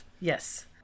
Yes